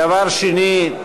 דבר שני,